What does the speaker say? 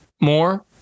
more